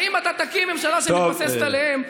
האם אתה תקים ממשלה שמבוססת עליהם,